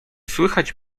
słychać